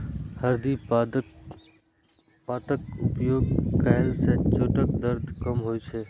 हरदि पातक उपयोग कयला सं चोटक दर्द कम होइ छै